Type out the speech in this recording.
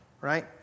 Right